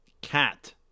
cat